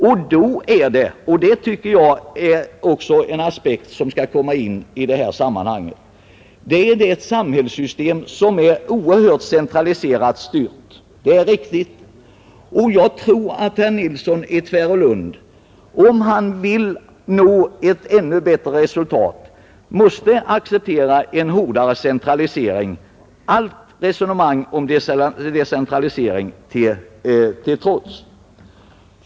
Och då är det — och det tycker jag är en aspekt som inte får glömmas i detta sammanhang — ett samhälle som har ett oerhört centraliserat styrelseskick. Jag tror att herr Nilsson i Tvärålund, om han vill nå ett ännu bättre resultat, måste acceptera en hårdare centralisering, allt resonemang om decentralisering till trots.